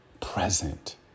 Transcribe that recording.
present